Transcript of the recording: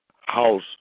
house